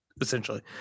essentially